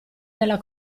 della